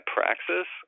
Praxis